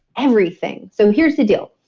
everything. so here's the deal.